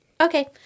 Okay